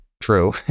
true